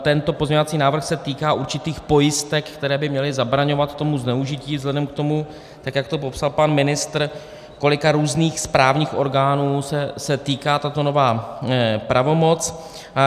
Tento pozměňovací návrh se týká určitých pojistek, které by měly zabraňovat tomu zneužití vzhledem k tomu, jak to popsal pan ministr, kolika různých správních orgánů se tato nová pravomoc týká.